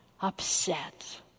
upset